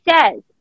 says